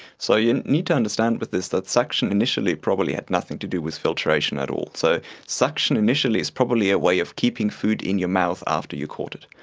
so you need to understand with this that suction initially probably had nothing to do with filtration at all. so suction initially is probably a way of keeping food in your mouth after you caught it.